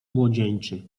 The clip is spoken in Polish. młodzieńczy